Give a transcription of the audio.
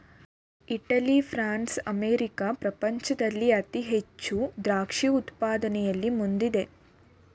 Italy, France, America ಪ್ರಪಂಚದಲ್ಲಿ ಅತಿ ಹೆಚ್ಚು ದ್ರಾಕ್ಷಿ ಉತ್ಪಾದನೆಯಲ್ಲಿ ಮುಂದಿದೆ